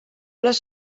les